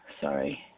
Sorry